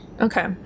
Okay